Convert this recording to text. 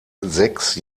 sechs